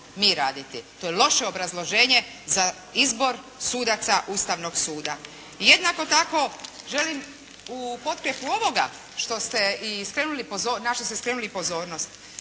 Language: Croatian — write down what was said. mi raditi. To je loše obrazloženje za izbor sudaca Ustavnog suda. I jednako tako želim u potkrjepu ovoga što ste i skrenuli, na što ste